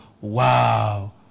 wow